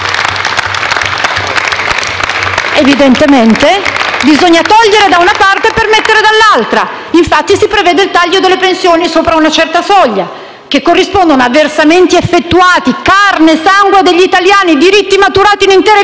Evidentemente, bisogna togliere da una parte per mettere dall'altra; infatti si prevede il taglio delle pensioni sopra una certa soglia, che corrispondono a versamenti effettuati, carne e sangue degli italiani, diritti maturati in intere vite di lavoro.